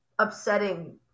Upsetting